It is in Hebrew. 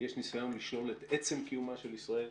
יש ניסיון לשלול את עצם קיומה של ישראל,